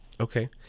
Okay